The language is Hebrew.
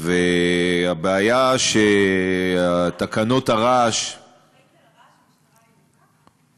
והבעיה, שתקנות הרעש, המשטרה הירוקה אחראית לרעש?